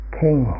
king